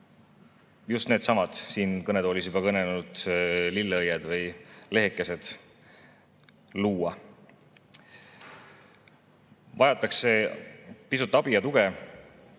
just needsamad siin kõnetoolis kõneldud lilleõied või lehekesed luua. Vajatakse pisut abi ja tuge